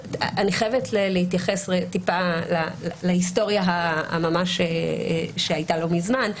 אני חייבת להתייחס להיסטוריה שממש הייתה לא מזמן.